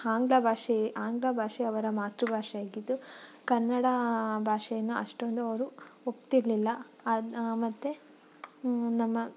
ಆಂಗ್ಲ ಭಾಷೆ ಆಂಗ್ಲ ಭಾಷೆ ಅವರ ಮಾತೃಭಾಷೆಯಾಗಿದ್ದು ಕನ್ನಡ ಭಾಷೆಯನ್ನು ಅಷ್ಟೊಂದು ಅವರು ಒಪ್ತಿರಲಿಲ್ಲ ಮತ್ತು ನಮ್ಮ